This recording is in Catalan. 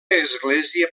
església